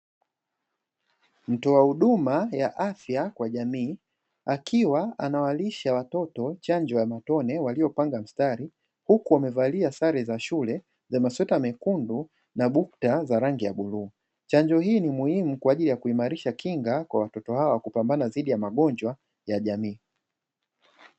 Mtoa huduma ya afya kwa jamii akiwa anawalisha watoto chanjo ya matone waliopanga mstari, huku wamevalia sare za shule za masweta mekundu na bukta za rangi ya bluu, chanjo hii ni muhimu kwaajili ya kuimarisha kinga kwa watoto hao kupambana dhidi ya magonjwa ya jamii.